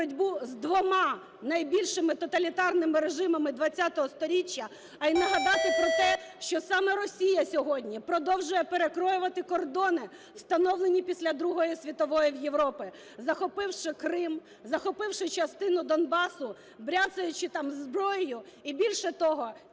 з двома найбільшими тоталітарними режимами ХХ сторіччя, а й нагадати про те, що саме Росія сьогодні продовжує перекроювати кордони, встановлені після Другої світової в Європі, захопивши Крим, захопивши другу частину Донбасу, бряцаючи там зброєю. І, більше того,